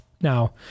Now